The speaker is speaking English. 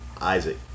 Isaac